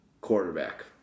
quarterback